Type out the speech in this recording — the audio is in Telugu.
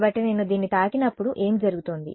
కాబట్టి నేను దీన్ని తాకినప్పుడు ఏమి జరుగుతోంది